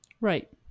Right